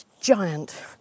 giant